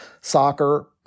Soccer